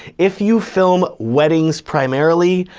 if you film weddings primarily,